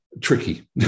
tricky